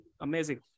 amazing